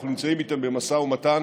אנחנו נמצאים איתם במשא ומתן